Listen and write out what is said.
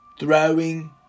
throwing